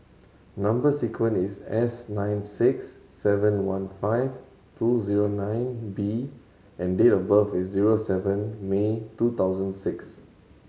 number sequence is S nine six seven one five two zero nine B and date of birth is zero seven May two thousand six